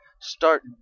start